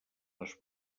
les